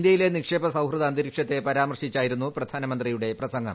ഇന്ത്യയിലെ നിക്ഷേപസൌഹൃദ അന്തരീക്ഷത്തെ പരാമർശിച്ചായിരുന്നു പ്രധാനമന്ത്രിയുടെ പ്രസംഗം